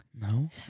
no